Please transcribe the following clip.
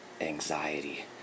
Anxiety